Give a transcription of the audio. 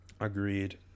Agreed